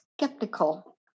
skeptical